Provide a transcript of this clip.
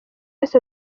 yose